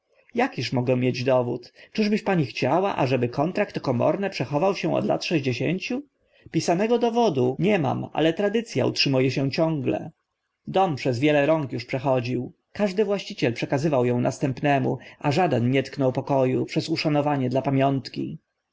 jakiż mogę mieć dowód czyżbyś pani chciała ażeby kontrakt o komorne przechował się od lat sześćdziesięciu pisanego dowodu nie mam ale tradyc a utrzymu e się ciągle dom przez wiele rąk uż przechodził każdy właściciel przekazywał ą następnemu a żaden nie tknął poko u przez uszanowanie dla pamiątki